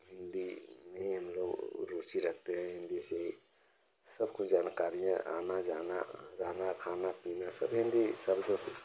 हिन्दी में हम लोग रूचि रखते हैं हिन्दी से ही सब कुछ जानकारियाँ आना जाना रहना खाना पीना सब हिन्दी